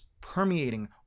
permeating